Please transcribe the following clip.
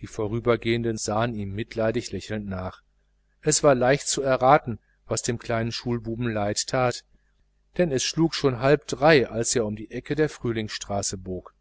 die vorübergehenden sahen ihm mitleidig lächelnd nach es war leicht zu erraten was dem kleinen schulbuben leid tat denn es schlug schon halb drei uhr als er um die ecke der frühlingsstraße bog